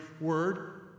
word